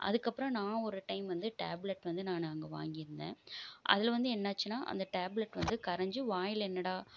அதுக்கப்புறம் நான் ஒரு டைம் வந்து டேப்லெட் வந்து நானு அங்கே வாங்கியிருந்தேன் அதில் வந்து என்னாச்சின்னா அந்த டேப்லெட் வந்து கரைஞ்சி வாயில் என்னடா